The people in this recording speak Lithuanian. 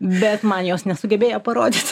bet man jos nesugebėjo parodyt